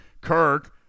Kirk